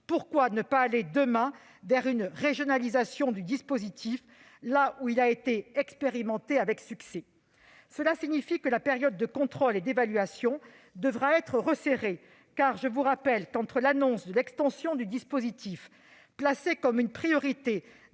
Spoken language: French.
Pourquoi ne pas aller, demain, vers une régionalisation du dispositif, là où il a été expérimenté avec succès ? Cela signifie que la période de contrôle et d'évaluation devra être resserrée, car, je vous le rappelle, entre l'annonce de l'extension du dispositif, érigée en priorité